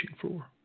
floor